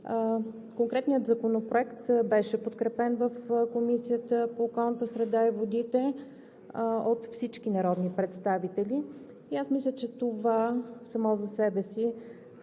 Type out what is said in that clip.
Конкретният законопроект беше подкрепен в Комисията за околната среда и водите от всички народни представители и аз мисля, че това само за себе си